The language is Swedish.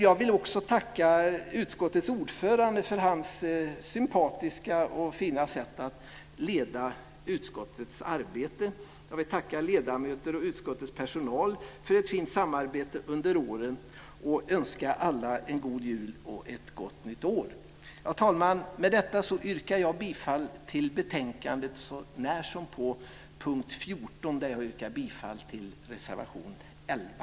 Jag vill också tacka utskottets ordförande för hans sympatiska och fina sätt att leda utskottets arbete och tacka ledamöter och utskottets personal för ett fint samarbete under året och önska alla en god jul och ett gott nytt år. Fru talman! Med detta yrkar jag bifall till förslaget i betänkandet så när som på punkt 14 där jag yrkar bifall till reservation 11.